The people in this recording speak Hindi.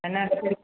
है नाखिड़की